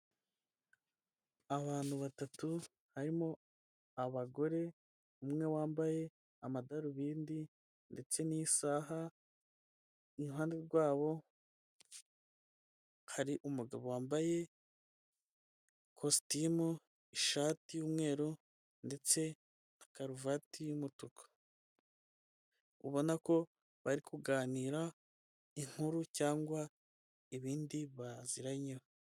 Abantu batatu harimo abagore, umwe wambaye amadarubindi ndetse n'isaha, iruhande rwabo hari umugabo wambaye kositimu, ishati y'umweru ndetse na karuvati y'umutuku, ubona ko bari kuganira inkuru cyangwa ibindi baziranyeho.